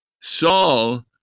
Saul